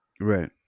Right